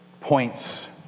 points